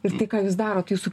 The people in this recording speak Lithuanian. ir tai ką jūs darot jūsų